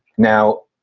now,